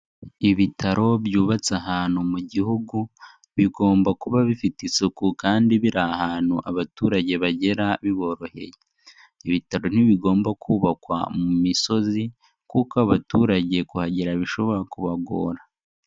Ibitaro byubatse ahantu mu gihugu, bigomba kuba bifite isuku kandi biri ahantu abaturage bagera biboroheye, ibitaro ntibigomba kubakwa mu misozi kuko abaturage kuhagera bishobora kubagora.